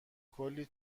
کلی